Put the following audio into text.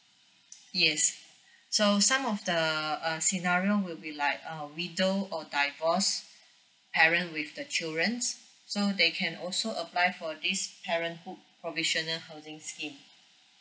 yes so some of the uh scenario will be like err widow or divorced parent with the children so they can also apply for this parenthood provisional housing scheme